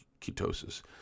ketosis